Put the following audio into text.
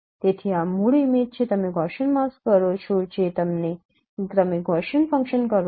તેથી આ મૂળ ઇમેજ છે તમે ગૌસીયન માસ્ક કરો છો જે તમે ગૌસીયન ફંક્શન કરો છો